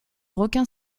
requin